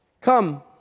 come